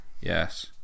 Yes